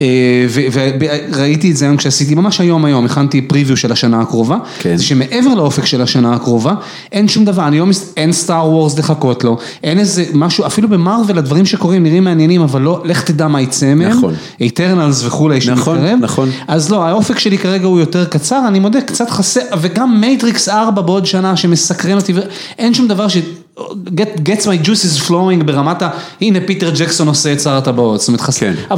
וראיתי את זה היום כשעשיתי, ממש היום היום, הכנתי פריוויו של השנה הקרובה, זה שמעבר לאופק של השנה הקרובה, אין שום דבר, אין סטאר וורס לחכות לו, אין איזה משהו, אפילו במרוויל הדברים שקורים נראים מעניינים, אבל לא, לך תדע מה יצא מהם, איתרנלס וכולי שמתקרב, אז לא, האופק שלי כרגע הוא יותר קצר, אני מודה, קצת חסר, וגם מייטריקס ארבע בעוד שנה שמסקרן אותי, אין שום דבר ש... Gets my juices flowing ברמת ה-, הנה פיטר ג'קסון עושה את שר הטבעות, ס׳תומרת חסר